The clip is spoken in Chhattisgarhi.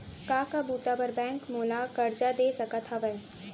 का का बुता बर बैंक मोला करजा दे सकत हवे?